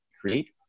create